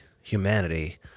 humanity